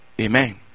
amen